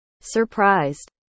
Surprised